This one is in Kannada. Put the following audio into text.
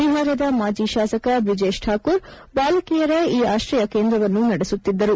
ಬಿಹಾರದ ಮಾಜಿ ಶಾಸಕ ಬ್ರಿಜೇಶ್ ಠಾಕೂರ್ ಬಾಲಕಿಯರ ಈ ಆಶ್ರಯ ಕೇಂದ್ರವನ್ನು ನಡೆಸುತ್ತಿದ್ದರು